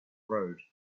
road